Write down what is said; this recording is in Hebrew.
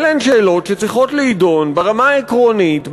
אלה הן שאלות שצריכות להידון ברמה העקרונית,